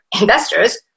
investors